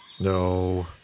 No